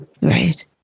right